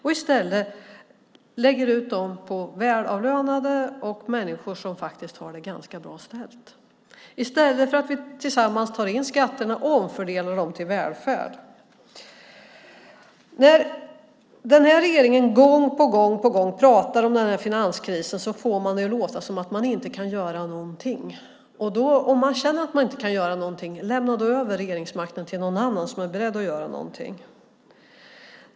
I stället ska de läggas ut på välavlönade människor som faktiskt har det ganska bra ställt, i stället för att tillsammans ta in skatterna och omfördela dem till välfärd. När regeringen gång på gång pratar om finanskrisen får man det att låta som att man inte kan göra någonting. Om man känner att man inte kan göra någonting är det väl bara att lämna över regeringsmakten till någon annan som är beredd att göra någonting.